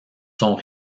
sont